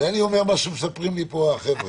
אני אומר מה שמספרים לי פה החבר'ה.